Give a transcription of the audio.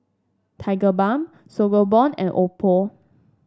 Tigerbalm Sangobion and Oppo